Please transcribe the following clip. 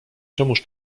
czemuż